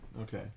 Okay